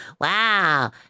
Wow